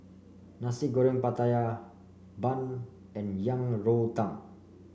Nasi Goreng Pattaya Bun and Yang Rou Tang